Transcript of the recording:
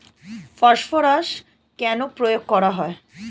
Phosphorus কেন প্রয়োগ করা হয়?